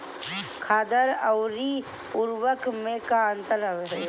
खादर अवरी उर्वरक मैं का अंतर हवे?